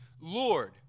Lord